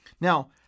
Now